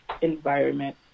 environment